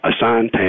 assigned